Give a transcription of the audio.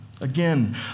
Again